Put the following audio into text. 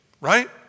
right